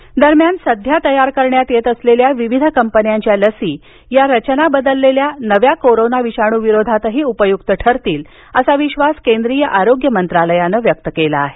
राघवन दरम्यान सध्या तयार करण्यात येत असलेल्या विविध कंपन्यांच्या लसी या रचना बदललेल्या नव्या विषाणूविरोधातही उपयुक्त ठरतील असा विश्वास केंद्रीय आरोग्य मंत्रालयानं व्यक्त केला आहे